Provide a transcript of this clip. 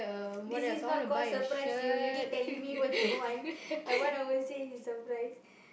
this is not call surprise you already telling me what you want that one I won't say is surprise